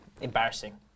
Embarrassing